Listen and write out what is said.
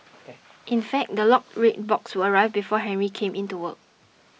in fact the locked red box would arrive before Henry came in to work